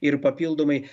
ir papildomai